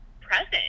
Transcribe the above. present